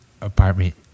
apartment